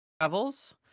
travels